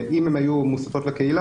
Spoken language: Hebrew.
אם הן היו מוספות לקהילה,